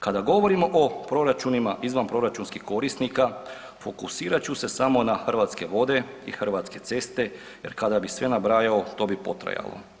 Kada govorimo o proračunima izvanproračunskih korisnika fokusirat ću se samo na Hrvatske vode i Hrvatske ceste jer kada bih sve nabrajao to bi potrajalo.